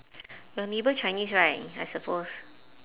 your neighbour chinese right I suppose